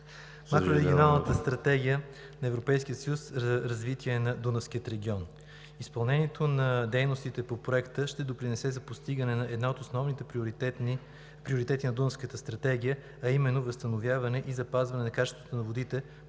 макрорегионалната Стратегия на Европейския съюз „Развитие на Дунавския регион“. Изпълнението на дейностите по Проекта ще допринесе за постигане на един от основните приоритети на Дунавската стратегия, а именно възстановяване и запазване на качеството на водите,